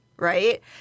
Right